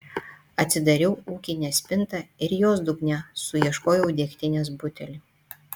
atsidariau ūkinę spintą ir jos dugne suieškojau degtinės butelį